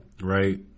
right